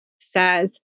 says